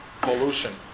pollution